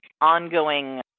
ongoing